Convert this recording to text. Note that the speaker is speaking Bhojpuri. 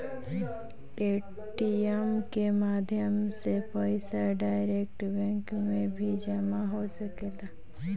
ए.टी.एम के माध्यम से पईसा डायरेक्ट बैंक में भी जामा हो सकेला